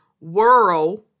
world